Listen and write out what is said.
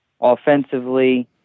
Offensively